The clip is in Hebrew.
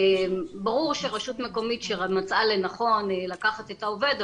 ברור שרשות מקומית שמצאה לנכון לקחת את העובד,